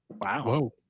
Wow